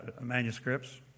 manuscripts